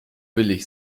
billig